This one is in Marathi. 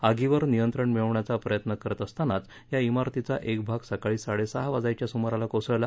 आगीवर नियंत्रण मिळवण्याचा प्रयत्न करत असतानाच या इमारतीचा एक भाग सकाळी साडेसहा वाजण्याच्या सुमारास कोसळला